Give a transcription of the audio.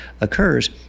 occurs